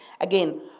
Again